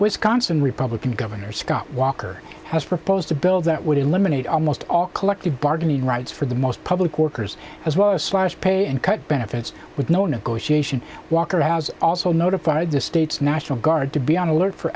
wisconsin republican governor scott walker has proposed a bill that would eliminate almost all collective bargaining rights for the most public workers as well as slash pay and cut benefits with no negotiation walker has also notified the state's national guard to be on alert for